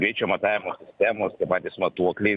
greičio matavimo sistemos tie patys matuokliai